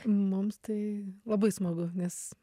mums tai labai smagu nes